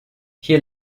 hier